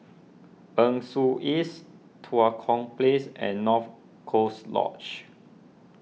Nee Soon East Tua Kong Place and North Coast Lodge